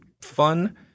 fun